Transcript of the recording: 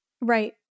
Right